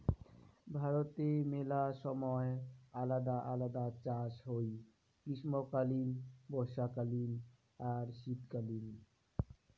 ভারতে মেলা সময় আলদা আলদা চাষ হই গ্রীষ্মকালীন, বর্ষাকালীন আর শীতকালীন